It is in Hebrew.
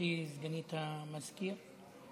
גברתי סגנית המזכירה,